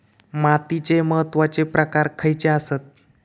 मातीचे महत्वाचे प्रकार खयचे आसत?